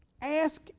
Ask